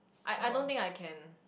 I I don't think I can